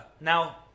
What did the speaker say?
Now